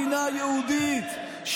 מדינה יהודית,